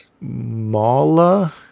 Mala